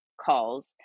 calls